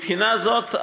מבחינה זו,